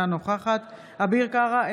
אינה נוכחת אביר קארה,